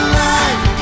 life